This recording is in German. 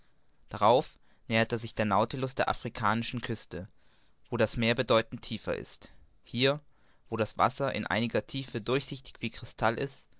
darauf näherte sich der nautilus den afrikanischen küsten wo das meer bedeutend tiefer ist hier wo das wasser in einiger tiefe durchsichtig wie krystall ist